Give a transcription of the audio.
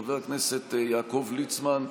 חבר הכנסת יעקב ליצמן,